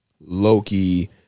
Loki